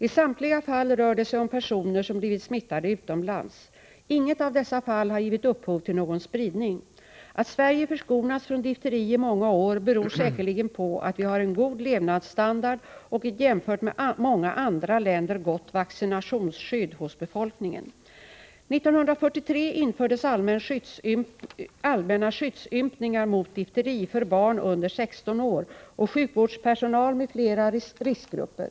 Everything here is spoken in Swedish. I samtliga fall rör det sig om personer som blivit smittade utomlands. Inget av dessa fall har givit upphov till någon spridning. Att Sverige förskonats från difteri i många år beror säkerligen på att vi har en god levnadsstandard och ett jämfört med många andra länder gott vaccinationsskydd hos befolkningen. 1943 infördes allmänna skyddsympningar mot difteri för barn under 16 år och sjukvårdspersonal m.fl. riskgrupper.